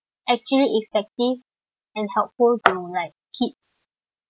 actually effective and helpful to like kids